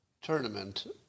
tournament